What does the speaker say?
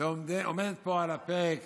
ועומדת פה על הפרק